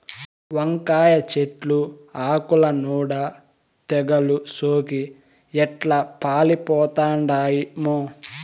వంకాయ చెట్లు ఆకుల నూడ తెగలు సోకి ఎట్లా పాలిపోతండామో